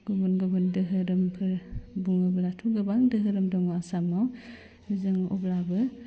गुबुन गुबुन दोहोरोमफोर बुङोब्लाथ' गोबां दोहोरोम दङ आसामाव जों अब्लाबो